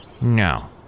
No